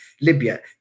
Libya